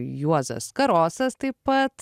juozas karosas taip pat